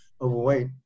overweight